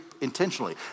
intentionally